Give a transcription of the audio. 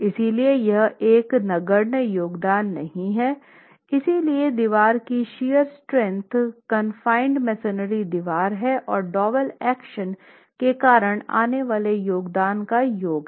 इसलिए यह एक नगण्य योगदान नहीं है इसलिए दिवार की शियर स्ट्रेंथ कॉन्फिंड मेसनरी दिवार और डोवेल एक्शन के कारण आने वाले योगदान का योग है